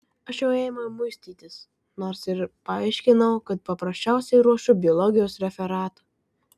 aš jau ėmiau muistytis nors ir paaiškinau kad paprasčiausiai ruošiu biologijos referatą